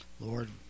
Lord